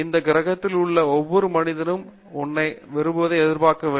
இந்த கிரகத்தில் உள்ள ஒவ்வொரு மனிதனும் உன்னை விரும்புவதை எதிர்பார்க்கவில்லை